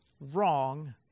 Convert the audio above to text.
wrong